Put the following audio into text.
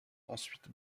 ensuite